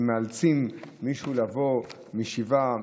מאלצים מישהו לבוא משבעה.